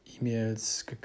E-Mails